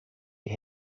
die